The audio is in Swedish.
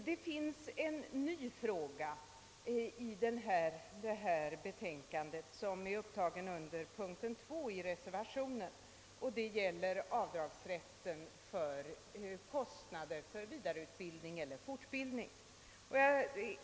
Hemställan under II i reservationen gäller en ny fråga, nämligen avdragsrätt för kostnader i samband med vidareutbildning eller fortbildning.